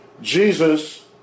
Jesus